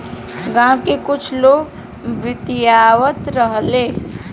गाँव के कुछ लोग बतियावत रहेलो